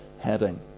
heading